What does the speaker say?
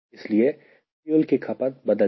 इसलिए फ्यूल की खपत बदल जाएगी